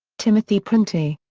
timothy printy.